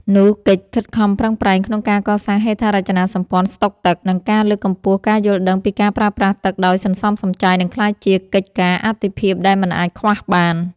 នោះកិច្ចខិតខំប្រឹងប្រែងក្នុងការកសាងហេដ្ឋារចនាសម្ព័ន្ធស្ដុកទឹក និងការលើកកម្ពស់ការយល់ដឹងពីការប្រើប្រាស់ទឹកដោយសន្សំសំចៃ នឹងក្លាយជាកិច្ចការអាទិភាពដែលមិនអាចខ្វះបាន។